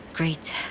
Great